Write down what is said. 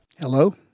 Hello